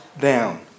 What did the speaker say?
down